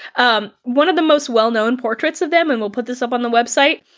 um one of the most well known portraits of them and we'll put this up on the website,